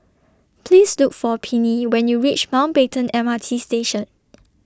Please Look For Pennie when YOU REACH Mountbatten M R T Station